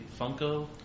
Funko